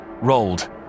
rolled